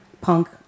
punk